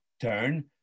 turn